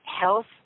health